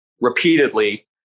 repeatedly